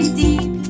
deep